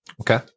Okay